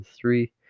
three